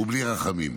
ובלי רחמים,